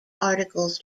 articles